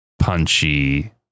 punchy